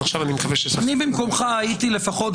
עכשיו אני מקווה --- אני במקומך הייתי לפחות,